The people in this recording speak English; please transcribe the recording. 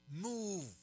move